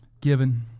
given